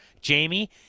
Jamie